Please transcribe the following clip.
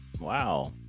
Wow